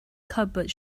cupboard